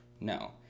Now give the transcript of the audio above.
No